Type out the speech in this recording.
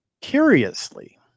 Curiously